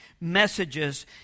messages